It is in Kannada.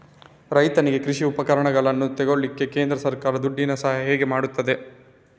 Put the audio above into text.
ರೈತನಿಗೆ ಕೃಷಿ ಉಪಕರಣಗಳನ್ನು ತೆಗೊಳ್ಳಿಕ್ಕೆ ಕೇಂದ್ರ ಸರ್ಕಾರ ದುಡ್ಡಿನ ಸಹಾಯ ಹೇಗೆ ಮಾಡ್ತದೆ?